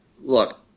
look